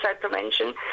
prevention